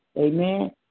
Amen